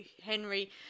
Henry